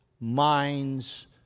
Minds